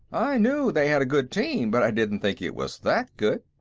knew they had a good team, but i didn't think it was that good.